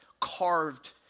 carved